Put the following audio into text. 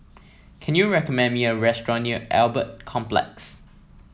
can you recommend me a restaurant near Albert Complex